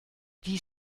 die